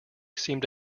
seemed